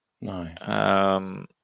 No